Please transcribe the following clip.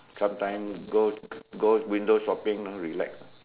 sometime go go window shopping know relax